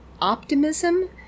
optimism